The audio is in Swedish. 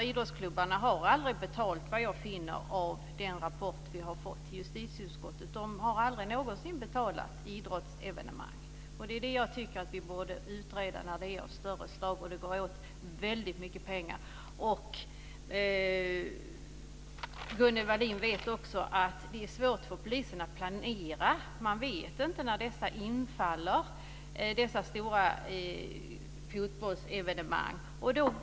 Idrottsklubbarna har, såvitt jag kan finna av den rapport som vi har fått till justitieutskottet, aldrig någonsin betalat för polisinsatser vid idrottsevenemang. Jag tycker att vi borde utreda större insatser som kräver väldigt mycket pengar. Som Gunnel Wallin vet är det också svårt för polisen att planera, eftersom den inte vet när de stora fotbollsevenemangen infaller.